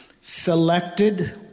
selected